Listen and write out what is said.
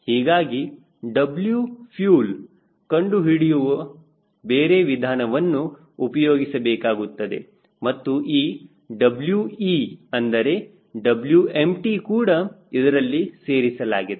ಹೀಗಾಗಿ W fuel ಕಂಡುಹಿಡಿಯಲು ಬೇರೆ ವಿಧಾನವನ್ನು ಉಪಯೋಗಿಸಬೇಕಾಗುತ್ತದೆ ಮತ್ತು ಈ We ಅಂದರೆ Wempty ಕೂಡ ಇದರಲ್ಲಿ ಸೇರಿಸಲಾಗಿದೆ